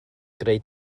greu